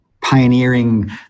pioneering